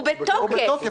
הוא בתוקף.